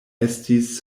estis